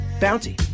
Bounty